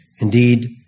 Indeed